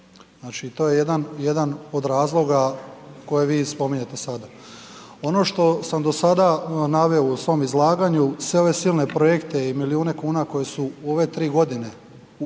znači, to je jedan, jedan od razloga koje vi spominjete sada. Ono što sam do sada naveo u svom izlaganju, sve ove silne projekte i milijune kuna koje su u ove 3.g. proizašle